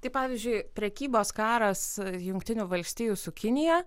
tai pavyzdžiui prekybos karas jungtinių valstijų su kinija